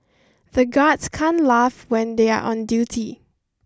the guard can't laugh when they are on duty